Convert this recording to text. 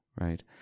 right